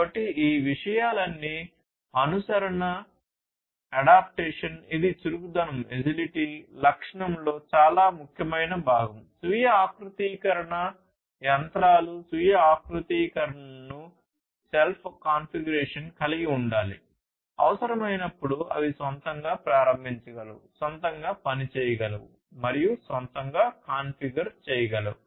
కాబట్టి ఈ విషయాలన్నీ అనుసరణ కలిగి ఉండాలి అవసరమైనప్పుడు అవి స్వంతంగా ప్రారంభించగలవు సొంతంగా పనిచేయగలవు మరియు సొంతంగా కాన్ఫిగర్ చేయగలవు